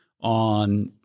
on